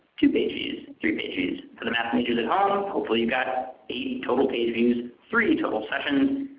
two page views, and three page views. for the math majors at home ah hopefully you got ah eight total page views, three total sessions,